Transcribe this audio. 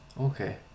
Okay